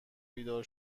بیدار